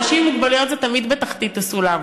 אנשים עם מוגבלויות הם תמיד בתחתית הסולם,